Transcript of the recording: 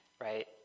right